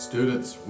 Students